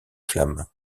flammes